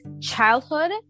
childhood